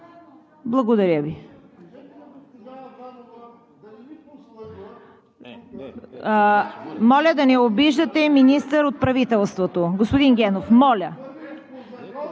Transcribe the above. микрофони.) Моля, да не обиждате министър от правителството! Господин Генов, моля!